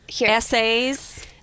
essays